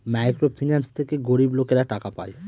micro finance থেকে গরিব লোকেরা টাকা পায়